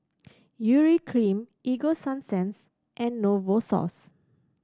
Urea Cream Ego Sunsense and Novosource